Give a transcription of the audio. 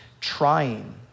trying